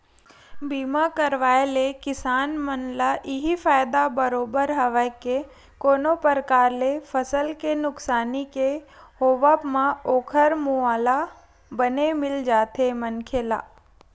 बीमा करवाय ले किसान मन ल इहीं फायदा बरोबर हवय के कोनो परकार ले फसल के नुकसानी के होवब म ओखर मुवाला बने मिल जाथे मनखे ला